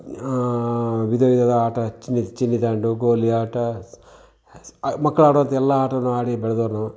ವಿಧ ವಿಧದ ಆಟ ಚಿನ್ನಿ ಚಿನ್ನಿ ದಾಂಡು ಗೋಲಿ ಆಟ ಮಕ್ಳು ಆಡುವಂಥ ಎಲ್ಲ ಆಟನೂ ಆಡಿ ಬೆಳೆದವರು ನಾವು